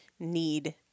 need